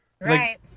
Right